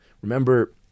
Remember